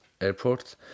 Airport